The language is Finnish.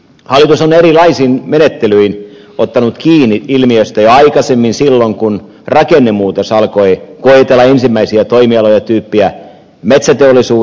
hallitus on erilaisin menettelyin ottanut kiinni ilmiöstä jo aikaisemmin silloin kun rakennemuutos alkoi koetella ensimmäisiä toimialoja tyyppiä metsäteollisuus